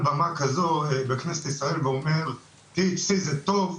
במה כזו בכנסת ישראל ואומר "THC זה טוב,